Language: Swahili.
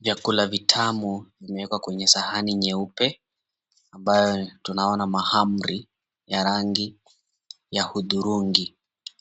Vyakula vitamu vimewekwa kwenye sahani nyeupe ambayo tunaona mahamri ya rangi ya hudhurungi.